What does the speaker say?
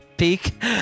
peak